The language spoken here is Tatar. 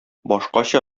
башкача